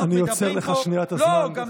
אני עוצר לך שנייה את הזמן,